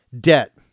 Debt